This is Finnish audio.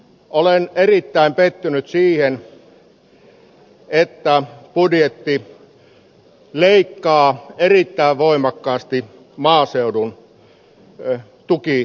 olen erittäin pettynyt siihen että budjetti leikkaa erittäin voimakkaasti maaseudun tukielementtejä